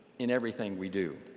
in everything we do.